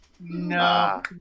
No